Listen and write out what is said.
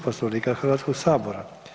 Poslovnika Hrvatskoga sabora.